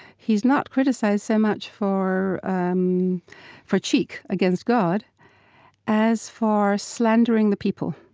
he's not criticized so much for um for cheek against god as for slandering the people,